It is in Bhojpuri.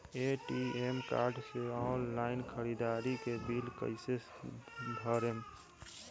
ए.टी.एम कार्ड से ऑनलाइन ख़रीदारी के बिल कईसे भरेम?